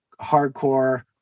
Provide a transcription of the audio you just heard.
hardcore